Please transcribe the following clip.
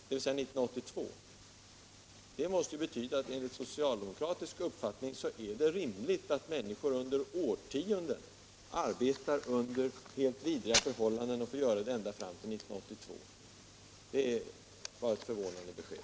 Detta måste betyda att — Granskning av det enligt socialdemokratisk uppfattning är rimligt att människor i år — statsrådens tionden arbetar under helt vidriga förhållanden och att de får fortsätta tjänsteutövning att göra det ända fram till 1982. Det var ett förvånande besked.